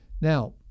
Now